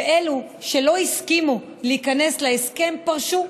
ואלו שלא הסכימו להיכנס להסכם פרשו.